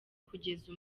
kugeza